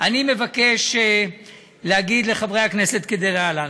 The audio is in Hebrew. אני מבקש להגיד לחברי הכנסת כדלהלן: